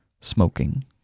Smoking